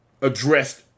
addressed